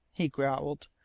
he growled,